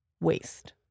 waste